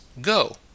Go